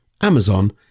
Amazon